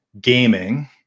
gaming